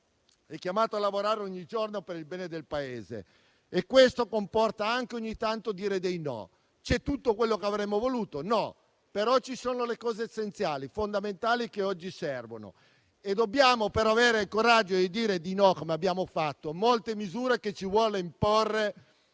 chiamato a lavorare ogni giorno per il bene del Paese e questo comporta anche ogni tanto dire dei no. C'è tutto quello che avremmo voluto? No, però ci sono le cose essenziali, fondamentali che oggi servono. Dobbiamo avere il coraggio di dire di no - come abbiamo fatto - a molte misure che ci vuole imporre